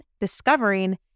discovering